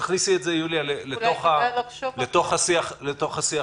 תכניסי את ההערות שלך אל תוך השיח איתם,